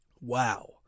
wow